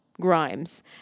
Grimes